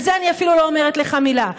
על זה אני אפילו לא אומרת לך מילה.